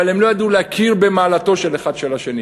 אבל הם לא ידעו להכיר במעלתו אחד של השני.